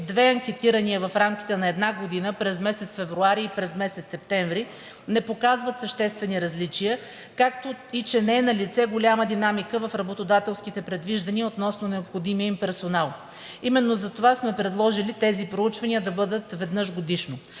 две анкетирания в рамките на една година – през месец февруари и през месец септември, не показват съществени различия, както и че не е налице голяма динамика в работодателските предвиждания относно необходимия им персонал. Именно затова сме предложили тези проучвания да бъдат веднъж годишно.